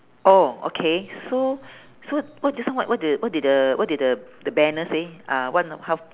oh okay so so what just now right what did the what did the what did the the banner say uh what how